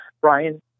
Brian